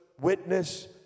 witness